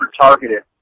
targeted